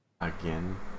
Again